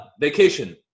vacation